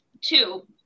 two